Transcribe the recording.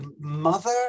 Mother